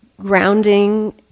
grounding